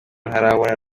ntarabona